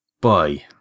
bye